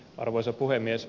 arvoisa puhemies